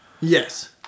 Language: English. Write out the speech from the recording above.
Yes